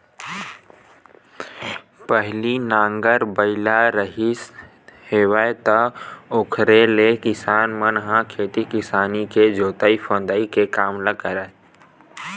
पहिली नांगर बइला रिहिस हेवय त ओखरे ले किसान मन ह खेती किसानी के जोंतई फंदई के काम ल करय